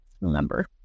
Remember